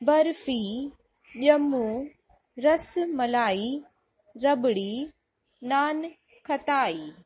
barfi jamun rasmalai rabri naan खताई